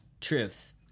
truth